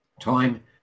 time